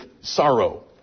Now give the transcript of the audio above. sorrow